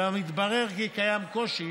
אולם התברר כי קיים קושי